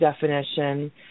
definition